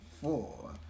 four